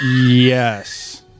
Yes